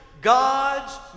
God's